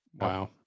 wow